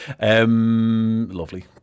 lovely